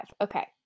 Okay